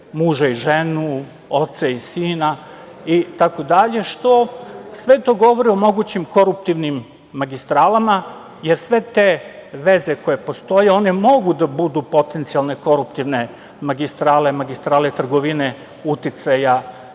muža i ženu, oca i sina, itd. što sve to govori o mogućim produktivnim magistralama, jer sve te veze koje postoje one mogu da budu potencijalne koruptivne magistrale, magistrale trgovine uticaja